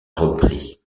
repris